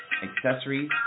accessories